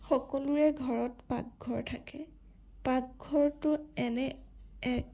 সকলোৰে ঘৰত পাকঘৰ থাকে পাকঘৰটো এনে এক